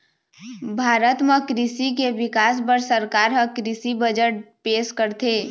भारत म कृषि के बिकास बर सरकार ह कृषि बजट पेश करथे